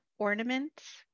Ornaments